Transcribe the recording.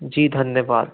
जी धन्यवाद